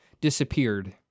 disappeared